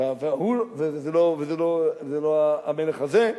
וזה לא המלך הזה.